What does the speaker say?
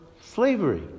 slavery